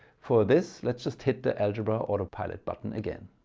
for this let's just hit the algebra autopilot button again.